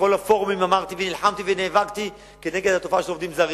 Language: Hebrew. בכל הפורומים אמרתי ונלחמתי ונאבקתי כנגד התופעה של העובדים הזרים.